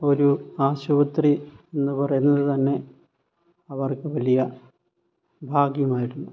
ഒരു ആശുപത്രി എന്ന് പറയുന്നത് തന്നെ അവർക്ക് വലിയ ഭാഗ്യമായിരുന്നു